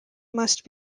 must